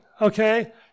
okay